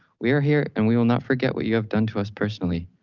we are here and we will not forget what you have done to us personally.